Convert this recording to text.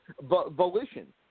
Volition